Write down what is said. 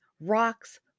rocks